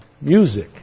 music